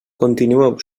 continueu